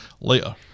Later